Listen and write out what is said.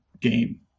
game